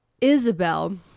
Isabel